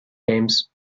games